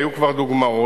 והיו כבר דוגמאות.